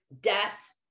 death